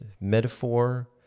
metaphor